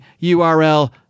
url